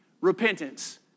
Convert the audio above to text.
Repentance